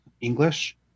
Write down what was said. English